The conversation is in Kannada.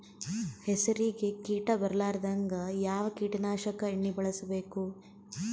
ಹೆಸರಿಗಿ ಕೀಟ ಬರಲಾರದಂಗ ಯಾವ ಕೀಟನಾಶಕ ಎಣ್ಣಿಬಳಸಬೇಕು?